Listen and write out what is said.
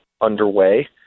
underway